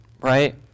right